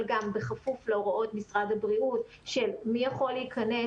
אבל גם בכפוף להוראות משרד הבריאות של מי יכול להיכנס,